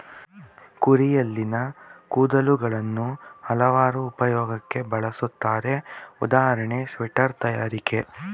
ಕುರಿಯಲ್ಲಿನ ಕೂದಲುಗಳನ್ನು ಹಲವಾರು ಉಪಯೋಗಕ್ಕೆ ಬಳುಸ್ತರೆ ಉದಾಹರಣೆ ಸ್ವೆಟರ್ ತಯಾರಿಕೆ